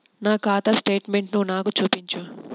నా ఖాతా స్టేట్మెంట్ను నాకు చూపించు